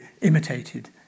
imitated